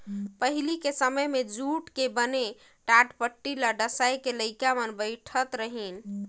पहिली के समें मे जूट के बने टाटपटटी ल डसाए के लइका मन बइठारत रहिन